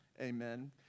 Amen